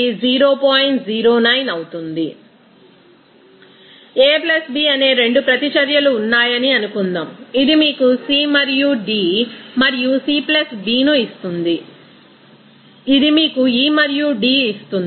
refer slide time 0916 A B అనే 2 ప్రతిచర్యలు ఉన్నాయని అనుకుందాం ఇది మీకు C మరియు D మరియు C B ను ఇస్తుంది ఇది మీకు E మరియు D ఇస్తుంది